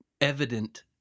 evident